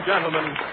Gentlemen